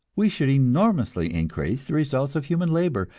we should enormously increase the results of human labor,